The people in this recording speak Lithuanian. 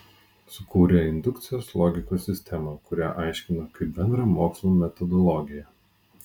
sukūrė indukcijos logikos sistemą kurią aiškino kaip bendrą mokslų metodologiją